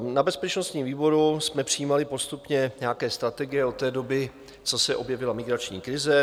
Na bezpečnostním výboru jsme přijímali postupně nějaké strategie od té doby, co se objevila migrační krize.